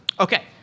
Okay